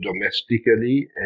domestically